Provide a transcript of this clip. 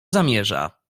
zamierza